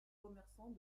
commerçants